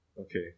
Okay